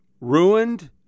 ruined